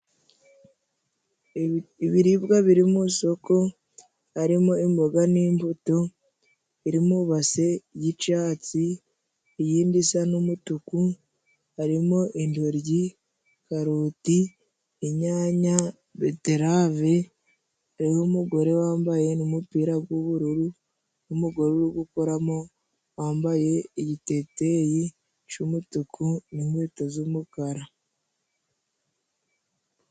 Ibiribwa biri mu soko harimo imboga n'imbuto biri mu base y'icatsi iyindi isa n'umutuku harimo intoryi, karoti, inyanya, beterave, hariho umugore wambaye n'umupira g'ubururu n'umugore uri gukoramo wambaye igiteteyi c'umutuku n'inkweto z'umukara.